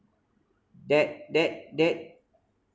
that that that